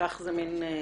וכך זו גם שיטה